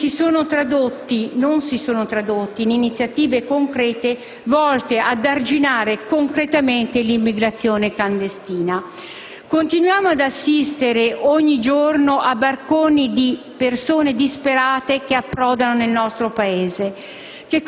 con annunci che non si sono tradotti in iniziative concrete, volte ad arginare concretamente l'immigrazione clandestina. Continuiamo ad assistere ogni giorno a barconi di persone disperate che approdano nel nostro Paese.